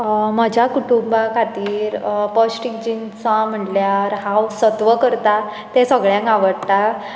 माज्या कुटुंबा खातीर पॉश्टीक जिनसां म्हणल्यार हांव सत्व करतां तें सगळ्यांक आवडटा